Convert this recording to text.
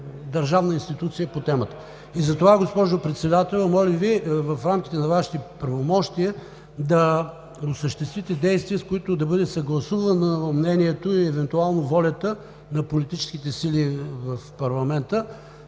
държавна институция по темата. Госпожо Председател, моля Ви в рамките на Вашите правомощия да осъществите действия, с които да бъде съгласувано мнението и евентуално волята на политическите сили в парламента,